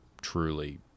truly